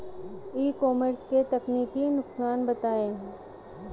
ई commerce के तकनीकी नुकसान बताएं?